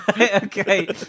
Okay